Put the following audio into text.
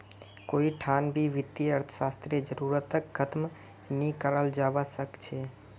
कोई ठान भी वित्तीय अर्थशास्त्ररेर जरूरतक ख़तम नी कराल जवा सक छे